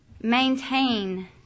maintain